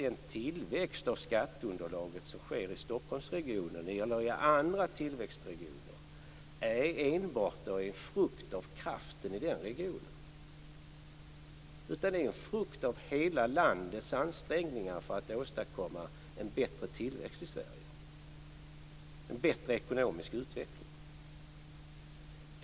Den tillväxt av skatteunderlaget som sker i Stockholmsregionen eller i andra tillväxtregioner är ju inte enbart en frukt av kraften i regionen, utan det är en frukt av hela landets ansträngningar för att åstadkomma en bättre tillväxt och en bättre ekonomisk utveckling i Sverige.